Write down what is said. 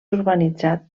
urbanitzat